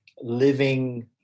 living